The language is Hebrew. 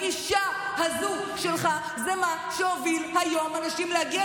הגישה הזו שלך היא מה שהוביל היום אנשים להגיע